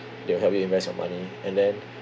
they'll help you invest your money and then